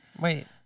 Wait